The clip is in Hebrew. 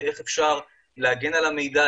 איך אפשר להגן על המידע,